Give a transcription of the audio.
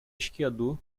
esquiador